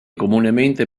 comunemente